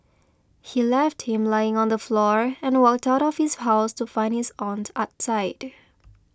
he left him lying on the floor and walked out of his house to find his aunt outside